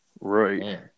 Right